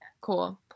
Cool